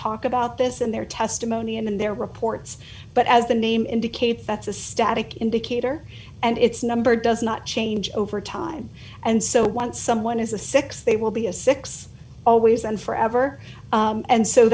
talk about this in their testimony and in their reports but as the name indicates that's a static indicator and it's number does not change over time and so once someone is a six they will be a six always and forever and so